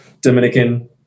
Dominican